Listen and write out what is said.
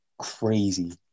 Crazy